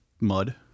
Mud